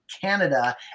Canada